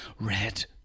red